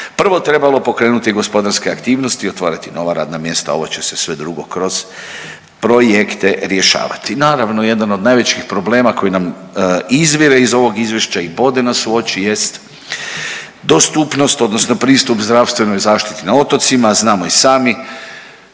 prvo trebalo pokrenuti gospodarske aktivnosti i otvarati nova radna mjesta, a ovo će se sve drugo kroz projekte rješavati. Naravno jedan od najvećih problema koji nam izvire iz ovog izvješća i bode nas u oči jest dostupnost odnosno pristup zdravstvenoj zaštiti na otocima. Znamo i sami